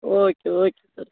okay okay sir